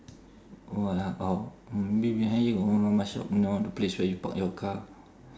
orh or maybe behind you got one mama shop you know the place where you park your car